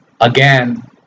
again